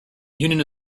union